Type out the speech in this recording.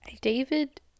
David